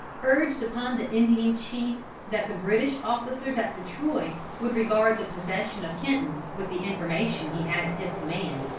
urged upon the indian chiefs that the british officers at detroit would regard the possession of kenton, with the information he had at his command,